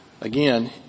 Again